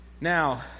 Now